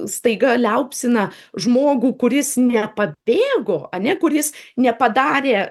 staiga liaupsina žmogų kuris nepabėgo ane kuris nepadarė